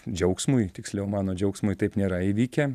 džiaugsmui tiksliau mano džiaugsmui taip nėra įvykę